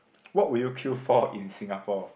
what would you queue for in Singapore